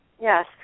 Yes